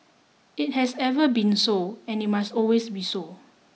it has ever been so and it must always be so